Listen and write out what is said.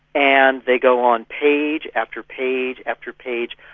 and they go on page after page after page,